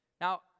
Now